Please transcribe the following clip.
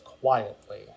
quietly